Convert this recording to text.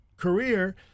career